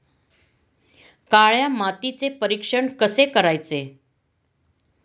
काळ्या मातीचे परीक्षण कसे करायचे?